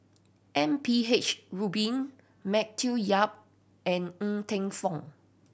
M P H Rubin Matthew Yap and Ng Teng Fong